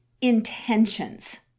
intentions